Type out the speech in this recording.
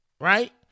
right